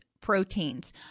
proteins